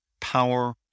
Power